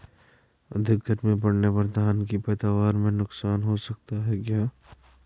अधिक गर्मी पड़ने पर धान की पैदावार में नुकसान हो सकता है क्या?